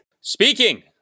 Speaking